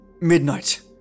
midnight